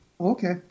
Okay